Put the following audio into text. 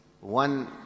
one